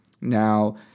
Now